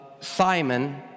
Simon